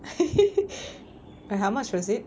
like how much was it